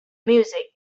music